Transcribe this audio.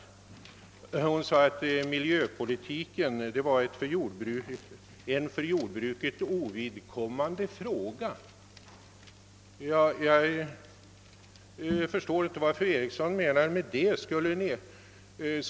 Fru Eriksson sade att miljöpolitiken var en för jordbruket ovidkommande fråga. Jag förstår inte vad fru Eriksson menar med detta.